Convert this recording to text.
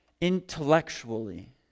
Intellectually